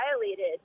violated